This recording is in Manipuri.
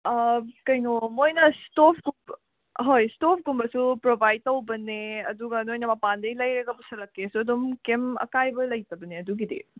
ꯀꯩꯅꯣ ꯃꯣꯏꯅ ꯁ꯭ꯇꯣꯕꯀꯨꯝꯕ ꯍꯣꯏ ꯁ꯭ꯇꯣꯕꯀꯨꯝꯕꯁꯨ ꯄ꯭ꯔꯣꯕꯥꯏꯗ ꯇꯧꯕꯅꯦ ꯑꯗꯨꯒ ꯅꯣꯏꯅ ꯃꯄꯥꯟꯗꯩ ꯂꯩꯔꯒ ꯄꯨꯁꯜꯂꯛꯀꯦꯁꯨ ꯑꯗꯨꯝ ꯀꯩꯝ ꯑꯀꯥꯏꯕ ꯂꯩꯇꯕꯅꯦ ꯑꯗꯨꯒꯤꯗꯤ